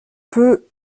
peut